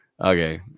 Okay